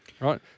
Right